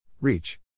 Reach